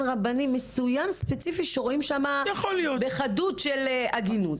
מסוים ספציפי שרואים שם בחדות של עגינות.